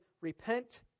repent